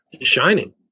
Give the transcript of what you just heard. shining